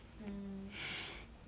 um